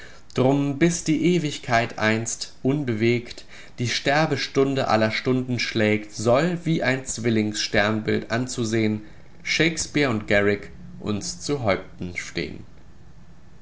drum bis die ewigkeit einst unbewegt die sterbestunde aller stunden schlägt soll wie ein zwillings sternbild anzusehn shakespeare und garrick uns zu häupten stehn